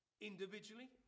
Individually